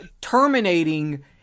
terminating